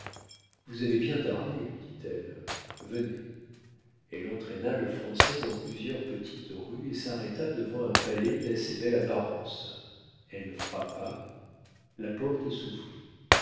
vous avez bien tardé lui dit-elle venez elle entraîna le français dans plusieurs petites rues et s'arrêta devant un palais d'assez belle apparence elle frappa la porte s'ouvrit